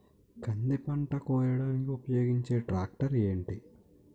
కంది పంట కోయడానికి ఉపయోగించే ట్రాక్టర్ ఏంటి?